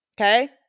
okay